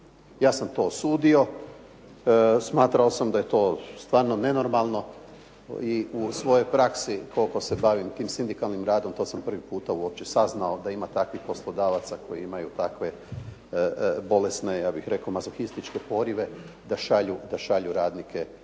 Ja sam to osudio. Smatrao sam da je to stvarno nenormalno i u svojoj praksi koliko se bavim tim sindikalnim radom, to sam prvi puta uopće saznao da ima takvih poslodavaca koji imaju takve bolesne, ja bih rekao mazohističke porive da šalju radnike na